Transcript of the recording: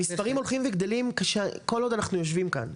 המספרים הולכים וגדלים וזה הזמן כל עוד אנחנו ישובים כאן.